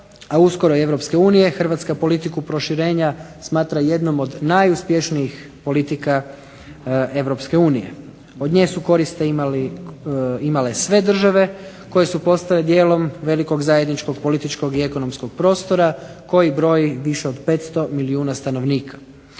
unije Hrvatska politiku proširenja smatra jednom od najuspješnijih politika Europske unije. Od nje su koristi imale sve države koje su postale dijelom velikog zajedničkog političkog i ekonomskog prostora koji broji više od 500 milijuna stanovnika.